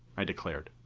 i declared.